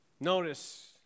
Notice